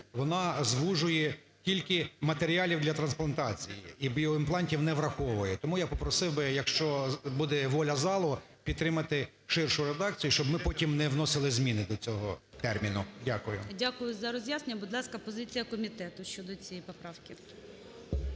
вона звужує тільки матеріалів для трансплантації і біоімплантів не враховує. Тому я попросив, якщо буде воля залу, підтримати ширшу редакцію, щоб ми потім не вносили зміни до цього терміну. Дякую. ГОЛОВУЮЧИЙ. Дякую за роз'яснення. Будь ласка, позиція комітету щодо цієї поправки.